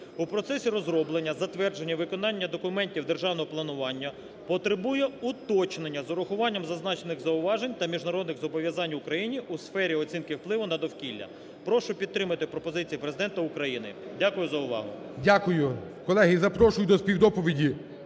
у процесі розроблення, затвердження і виконання документів державного планування потребує уточнення з урахуванням зазначених зауважень та міжнародних зобов'язань України у сфері оцінки впливу на довкілля. Прошу підтримати пропозиції Президента України. Дякую за увагу. ГОЛОВУЮЧИЙ. Дякую. Колеги, запрошую до співдоповіді